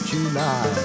July